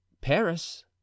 Paris